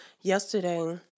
Yesterday